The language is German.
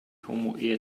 homoehe